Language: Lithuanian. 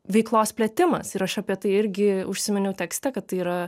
veiklos plėtimas ir aš apie tai irgi užsiminiau tekste kad tai yra